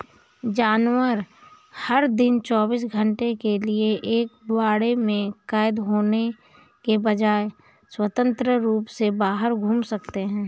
जानवर, हर दिन चौबीस घंटे के लिए एक बाड़े में कैद होने के बजाय, स्वतंत्र रूप से बाहर घूम सकते हैं